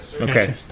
Okay